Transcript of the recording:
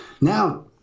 now